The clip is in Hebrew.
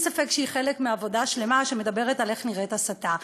אין ספק שהיא חלק מעבודה שלמה שמדברת על איך נראית הסתה.